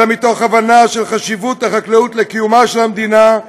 אלא מתוך הבנה של חשיבות החקלאות לקיומה של המדינה,